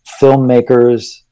filmmakers